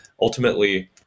ultimately